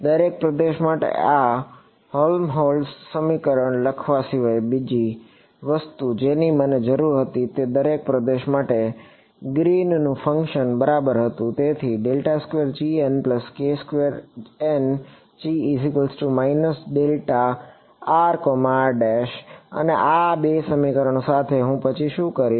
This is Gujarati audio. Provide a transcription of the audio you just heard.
દરેક પ્રદેશ માટે આ હેલ્મહોલ્ટ્ઝ સમીકરણ લખવા સિવાય બીજી વસ્તુ જેની મને જરૂર હતી તે દરેક પ્રદેશ માટે ગ્રીનનું ફંકશન બરાબર હતું તેથી અને આ બે સમીકરણો સાથે હું પછી શું કરીશ